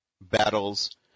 battles